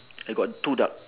I got two duck